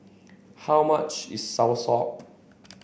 how much is soursop